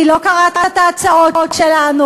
כי לא קראת את ההצעות שלנו.